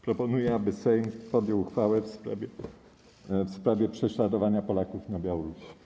Proponuję, aby Sejm podjął uchwałę w sprawie prześladowania Polaków na Białorusi.